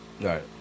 Right